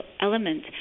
element